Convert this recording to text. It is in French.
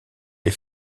les